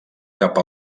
cap